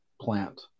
plant